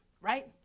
right